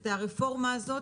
את הרפורמה הזאת,